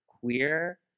queer